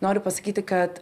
noriu pasakyti kad